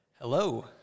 Hello